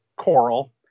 Coral